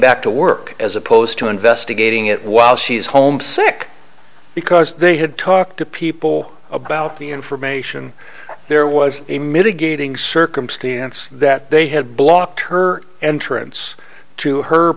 back to work as opposed to investigating it while she's home sick because they had talked to people about the information there was a mitigating circumstance that they had blocked her entrance to her